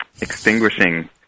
extinguishing